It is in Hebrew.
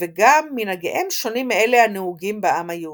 וגם מנהגיהם שונים מאלה הנהוגים בעם היהודי.